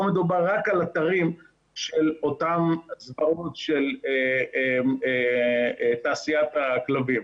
פה מדובר רק על אתרים של אותם --- של תעשיית הכלבים.